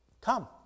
Come